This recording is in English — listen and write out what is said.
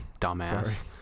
dumbass